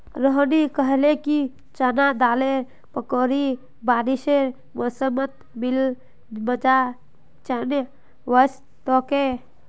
रोहिनी कहले कि चना दालेर पकौड़ी बारिशेर मौसमत मिल ल मजा कि चनई वस तोक